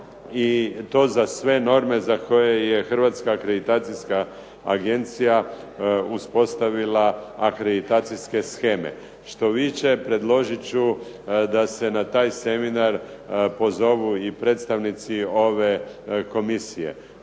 i to za sve norme za koje je Hrvatska akreditacijska agencija uspostavila akreditacijske sheme. Štoviše, predložiti ću da se na taj seminar pozovu i predstavnici ove Komisije.